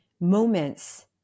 moments